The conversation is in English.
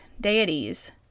deities